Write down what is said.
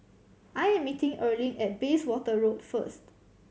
I'm meeting Erlene at Bayswater Road first